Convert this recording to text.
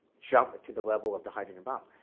jump to the level of the hydrogen bomb.